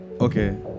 Okay